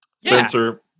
Spencer